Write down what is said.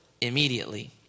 immediately